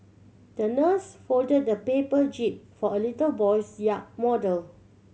the nurse folded a paper jib for a little boy's yacht model